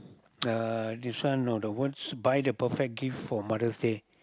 uh this one no the words buy the perfect gift for Mother's Day